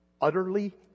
utterly